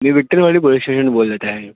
मी Vitthalwadi police station बोलत आहे